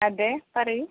അതെ പറയൂ